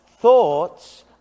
thoughts